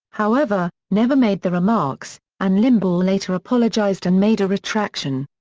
however, never made the remarks, and limbaugh later apologized and made a retraction.